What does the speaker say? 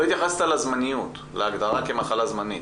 לא התייחסת להגדרה כמחלה זמנית.